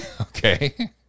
Okay